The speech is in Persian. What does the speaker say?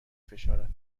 فشارد